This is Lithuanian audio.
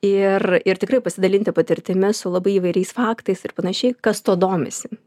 ir ir tikrai pasidalinti patirtimi su labai įvairiais faktais ir panašiai kas tuo domisi